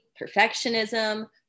perfectionism